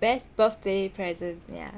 best birthday present yah